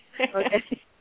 Okay